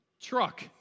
Truck